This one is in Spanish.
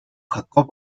jacob